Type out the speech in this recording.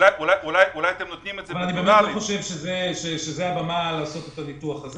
אני לא חושב שזאת הבמה לעשות את הניתוח הזה.